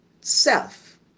self